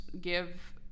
give